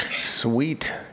Sweet